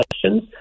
questions